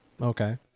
okay